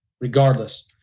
regardless